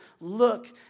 look